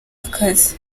akazi